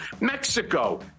Mexico